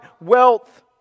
wealth